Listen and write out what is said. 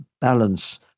balance